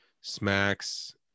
smacks